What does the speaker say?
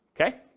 okay